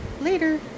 later